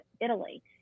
Italy